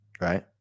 right